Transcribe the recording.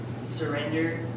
surrender